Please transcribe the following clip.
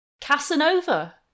casanova